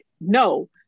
no